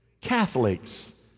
Catholics